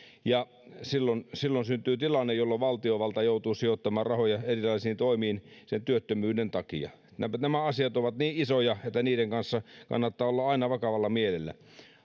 silloin silloin syntyy tilanne jolloin valtiovalta joutuu sijoittamaan rahoja erilaisiin toimiin sen työttömyyden takia nämä nämä asiat ovat niin isoja että niiden kanssa kannattaa olla aina vakavalla mielellä